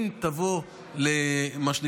אם תבוא לעולם,